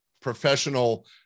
professional